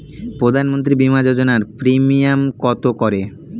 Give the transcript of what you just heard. প্রধানমন্ত্রী বিমা যোজনা প্রিমিয়াম কত করে?